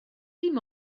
dim